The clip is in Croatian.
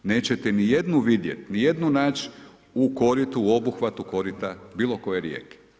Nećete nijednu vidjeti, ni jednu naći u koritu, u obuhvatu korita bilo koje rijeke.